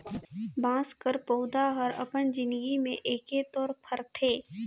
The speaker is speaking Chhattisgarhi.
बाँस के पउधा हर अपन जिनगी में एके तोर फरथे